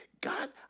God